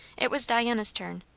it was diana's turn.